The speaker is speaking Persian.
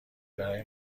برای